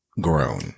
grown